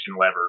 lever